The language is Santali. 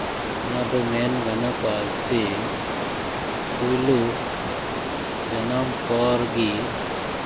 ᱚᱱᱟ ᱫᱚ ᱢᱮᱱ ᱜᱟᱱᱚ ᱜᱱᱚᱜᱼᱟ ᱡᱮ ᱯᱳᱭᱞᱳ ᱡᱟᱱᱟᱢ ᱯᱚᱨ ᱜᱮ